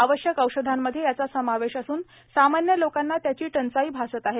आवश्यक औषधीमध्ये याचा समावेश असून सामान्य लोकांना त्याची टंचाई भासत आहे